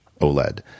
oled